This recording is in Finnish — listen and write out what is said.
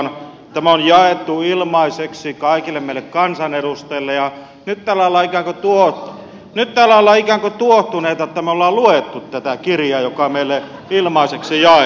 tämä on jaettu ilmaiseksi kaikille meille kansanedustajille ja nyt täällä ollaan ikään kuin tuohtuneita siitä että me olemme lukeneet tätä kirjaa joka meille ilmaiseksi jaettiin